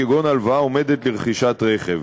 כגון הלוואה עומדת לרכישת רכב.